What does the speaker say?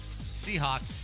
Seahawks